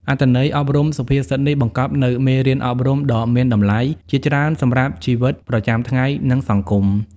អត្ថន័យអប់រំសុភាសិតនេះបង្កប់នូវមេរៀនអប់រំដ៏មានតម្លៃជាច្រើនសម្រាប់ជីវិតប្រចាំថ្ងៃ និងសង្គម។